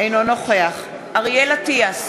אינו נוכח אריאל אטיאס,